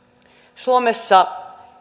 suomessa